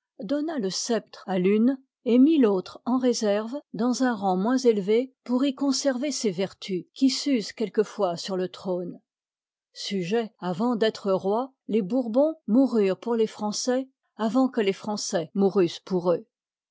donna le sceptre itabt à tune et mit l'autre en rëscrve dans un liv i rang moins élevë pour y conserver ces vertus qui s'usent quelquefois sur le trône sujets avant d'être rois les bourbons moururent pour les français avant que les français mourussent pour eux